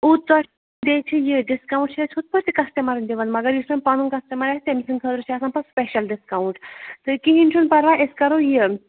بیٚیہِ چھُ یہِ ڈِسکاوُنٛٹ چھِ أسۍ ہُتھ پٲٹھۍ تہِ کَسٹٕمَرَن دِوان مگر یُس وۄنۍ پَنُن کَسٹٕمَر آسہِ تٔمۍ سٕنٛدۍ خٲطرٕ چھُ آسان پَتہٕ سٕپیشَل ڈِسکاوُنٛٹ تہٕ کِہیٖنۍ چھُنہٕ پَرواے أسۍ کَرو یہِ